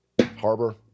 harbor